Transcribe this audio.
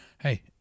hey